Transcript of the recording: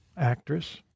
actress